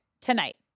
tonight